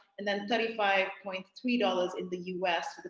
and then thirty five point three dollars in the u s,